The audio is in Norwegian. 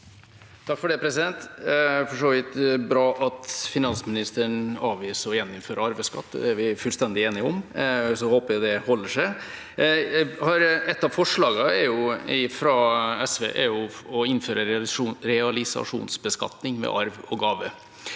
er for så vidt bra at finansministeren avviser å gjeninnføre arveskatt. Det er vi fullstendig enige om. Så håper jeg det holder seg. Ett av forslagene fra SV er å innføre realisasjonsbeskatning ved arv og gave.